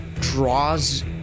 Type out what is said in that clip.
draws